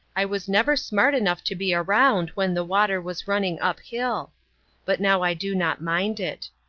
i was never smart enough to be around when the water was running uphill but now i do not mind it.